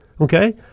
okay